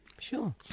sure